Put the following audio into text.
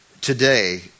today